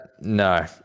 No